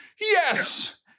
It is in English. Yes